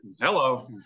hello